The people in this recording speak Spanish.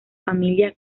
familia